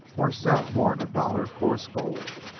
washes out more'n a dollar coarse gold.